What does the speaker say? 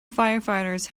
firefighters